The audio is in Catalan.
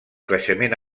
creixement